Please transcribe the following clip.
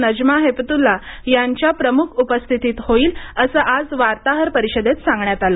नजमा हेपतूल्ला यांच्या प्रमुख उपस्थितीत होईल असं आज वार्ताहर परिषदेत सांगण्यात आलं